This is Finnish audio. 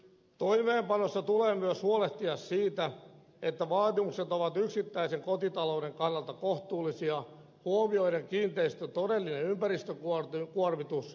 toimeenpanossa tulee myös huolehtia siitä että vaatimukset ovat yksittäisen kotitalouden kannalta kohtuullisia huomioiden kiinteistön todellinen ympäristökuormitus ja sijainti